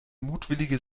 mutwillige